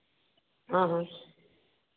हाँ हाँ